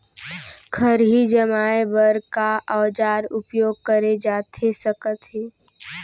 खरही जमाए बर का औजार उपयोग करे जाथे सकत हे?